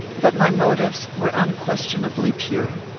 but my motives were unquestionably pure.